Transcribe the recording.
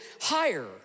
higher